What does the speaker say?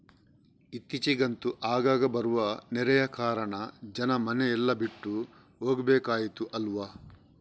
ಇತ್ತೀಚಿಗಂತೂ ಆಗಾಗ ಬರುವ ನೆರೆಯ ಕಾರಣ ಜನ ಮನೆ ಎಲ್ಲ ಬಿಟ್ಟು ಹೋಗ್ಬೇಕಾಯ್ತು ಅಲ್ವಾ